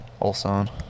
Olson